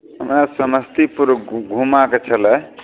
हमे समस्तीपुर घुमऽके छलै